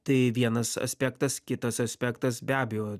tai vienas aspektas kitas aspektas be abejo